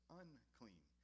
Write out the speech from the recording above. unclean